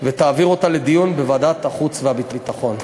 ותעביר אותה לדיון בוועדת החוץ והביטחון.